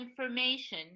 information